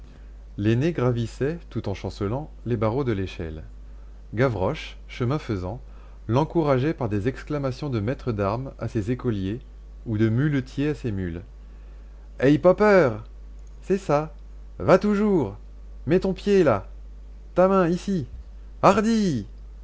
l'aîné gravissait tout en chancelant les barreaux de l'échelle gavroche chemin faisant l'encourageait par des exclamations de maître d'armes à ses écoliers ou de muletier à ses mules aye pas peur c'est ça va toujours mets ton pied là ta main ici hardi